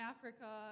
Africa